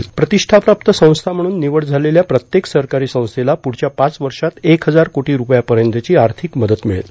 प्रतिष्ठाप्राप्त संस्था म्हणून निवड झालेल्या प्रत्येक सरकारी संस्थेला पुढच्या पाच वर्षात एक हजार कोटी रूपयांपर्यंतची आर्थिक मदत मिळेल